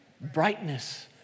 Brightness